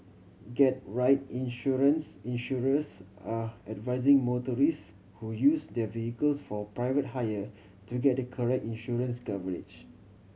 get right insurance Insurers are advising motorists who use their vehicles for private hire to get the correct insurance coverage